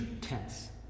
tense